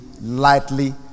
lightly